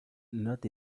not